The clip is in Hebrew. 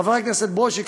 חבר הכנסת ברושי,